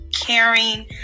Caring